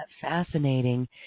fascinating